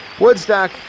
Woodstock